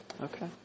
Okay